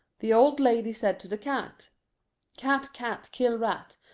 the old lady said to the cat cat, cat, kill rat.